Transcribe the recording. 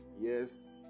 Yes